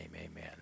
amen